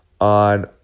on